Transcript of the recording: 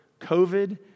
COVID